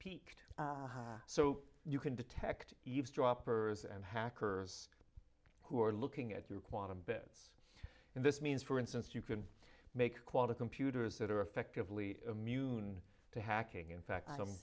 peaked so you can detect eavesdroppers and hackers who are looking at your quantum bits and this means for instance you can make quantum computers that are effectively immune to hacking in fact